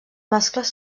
mascles